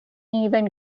even